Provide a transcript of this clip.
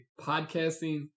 podcasting